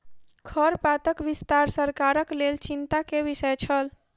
खरपातक विस्तार सरकारक लेल चिंता के विषय छल